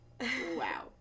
Wow